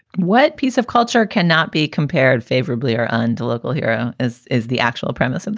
what piece of culture cannot be compared favorably or under local hero as is the actual apprentice? and